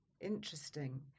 Interesting